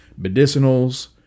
medicinals